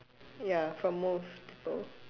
ya from most people